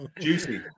Juicy